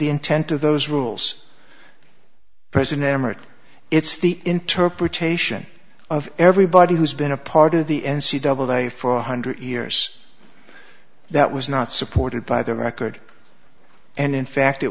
the intent of those rules president it's the interpretation of everybody who's been a part of the n c doubleday for one hundred years that was not supported by the record and in fact it